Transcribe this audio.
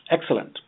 excellent